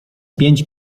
pięć